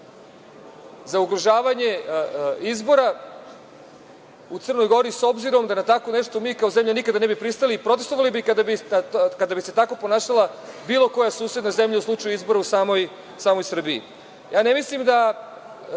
za ugrožavanje izbora u Crnoj Gori, s obzirom da na tako nešto mi kao zemlja nikada ne bi pristali i protestvovali bi kada bi se tako ponašala bilo koja susedna zemlja u slučaju izbora u samoj Srbiji. Ne mislim da